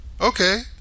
Okay